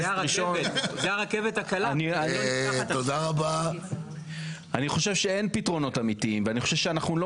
אני חושב שאין פתרונות אמיתיים ואני חושב שאנחנו לא